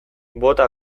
bota